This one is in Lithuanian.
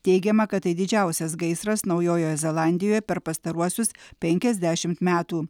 teigiama kad tai didžiausias gaisras naujojoje zelandijoje per pastaruosius penkiasdešimt metų